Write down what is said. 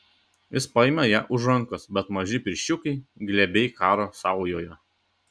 jis paima ją už rankos bet maži pirščiukai glebiai karo saujoje